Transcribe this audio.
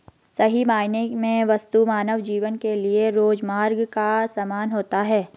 सही मायने में वस्तु मानव जीवन के लिये रोजमर्रा का सामान होता है